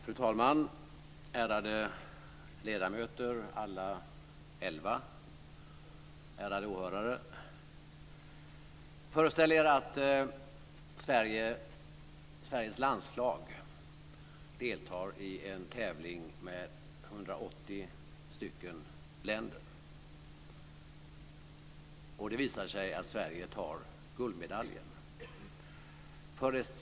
Fru talman! Ärade ledamöter och åhörare! Föreställ er att Sveriges landslag deltar i en tävling med 180 länder, och det visar sig att Sverige tar guldmedalj.